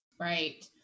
Right